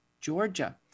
Georgia